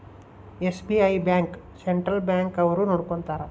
SBI bank central bank ಅವ್ರು ನೊಡ್ಕೋತರ